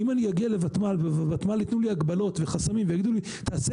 אם אני אגיע לותמ"ל והם יתנו לי הגבלות וחסמים ויגידו לי 'תעשה